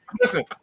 Listen